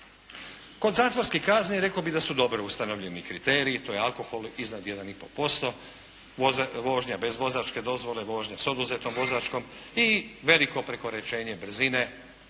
Kod zatvorskih kazni rekao bih da su dobro ustanovljeni kriteriji, to je alkohol iznad 1,5%, vožnja bez vozačke dozvole, vožnja s oduzetom vozačkom i veliko prekoračenje brzine